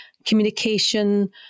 communication